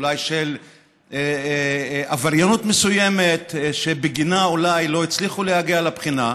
אולי בשל עבריינות מסוימת שבגינה אולי לא הצליחו להגיע לבחינה.